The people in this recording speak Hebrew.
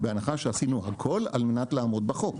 -- ובהנחה שעשינו הכול על מנת לעמוד בחוק.